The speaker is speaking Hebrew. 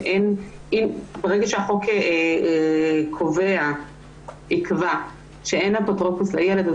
כאשר החוק יקבע שאין אפוטרופוס לילד אז